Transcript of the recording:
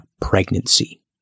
pregnancy